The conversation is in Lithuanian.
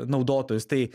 naudotojus tai